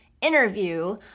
interview